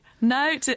No